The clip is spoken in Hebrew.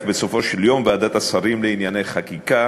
אך בסופו של יום ועדת השרים לענייני חקיקה